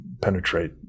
penetrate